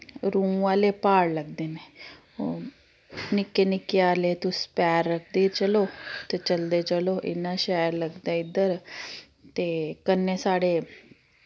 रूं आह्ले प्हाड़ लगदे न ओह् निक्के निक्के आह्ले तुस पैर रखदे चलो ते चलदे चलो ते इन्ना शैल लगदा इद्धर ते कन्नै साढ़े